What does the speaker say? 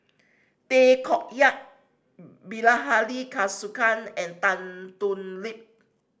Tay Koh Yat Bilahari Kausikan and Tan Thoon Lip